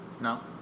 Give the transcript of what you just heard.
No